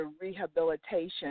rehabilitation